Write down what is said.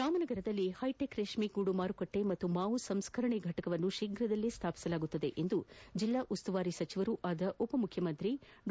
ರಾಮನಗರದಲ್ಲಿ ಹೈಟೆಕ್ ರೇಷ್ಮೆಗೂಡು ಮಾರುಕಟ್ಟೆ ಹಾಗೂ ಮಾವು ಸಂಸ್ಕರಣಾ ಘಟಕವನ್ನು ಶೀಫ್ರದಲ್ಲೇ ಸ್ಥಾಪಿಸಲಾಗುವುದು ಎಂದು ಜಿಲ್ಲಾ ಉಸ್ತುವಾರಿ ಸಚಿವರೂ ಆದ ಉಪಮುಖ್ಯಮಂತ್ರಿ ಡಾ